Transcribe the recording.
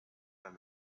than